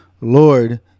Lord